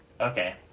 Okay